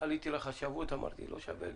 עליתי לחשובות מארתי 'לא שווה לי',